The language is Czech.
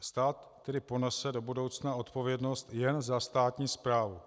Stát tedy ponese do budoucna odpovědnost jen za státní správu.